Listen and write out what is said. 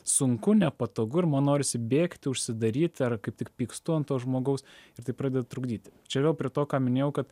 sunku nepatogu ir man norisi bėgti užsidaryti ar kaip tik pykstu ant to žmogaus ir tai pradeda trukdyti čia vėl prie to ką minėjau kad